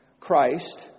Christ